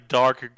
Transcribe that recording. dark